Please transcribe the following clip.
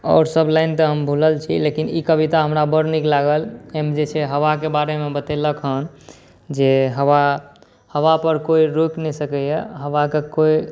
आओरसब लाइन तऽ हम भुलल छी लेकिन ई कविता हमरा बड़ नीक लागल ओहिमे जे छै हवाके बारेमे बतेलक हँ जे हवा हवापर कोइ रोकि नहि सकैए हवाके कोइ